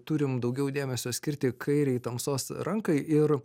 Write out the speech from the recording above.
turim daugiau dėmesio skirti kairei tamsos rankai ir